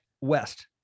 west